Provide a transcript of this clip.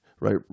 Right